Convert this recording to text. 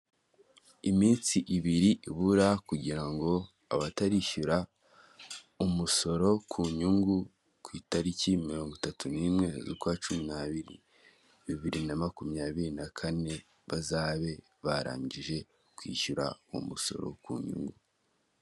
Iminsi ibiri ibura kugira ngo abatarishyura umusoro ku nyungu ku itariki mirongo itatu n'imwe z'ukwa cumi n'abiri, bibiri na makumyabiri na kane; bazabe barangije kwishyura umusoro ku nyungu.